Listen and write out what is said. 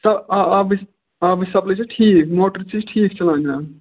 تہٕ آبٕچ آبٕچ سَپلَے چھِ ٹھیٖک موٹَر تہِ چھِ ٹھیٖک چَلان جناب